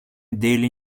daily